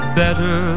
better